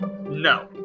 no